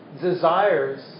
desires